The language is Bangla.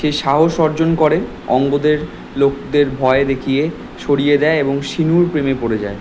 সে সাহস অর্জন করে অঙ্গদের লোকদের ভয় দেখিয়ে সরিয়ে দেয় এবং শিন্নুর প্রেমে পড়ে যায়